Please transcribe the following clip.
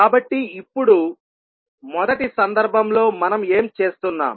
కాబట్టి ఇప్పుడు మొదటి సందర్భంలో మనం ఏమి చేస్తున్నాం